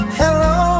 hello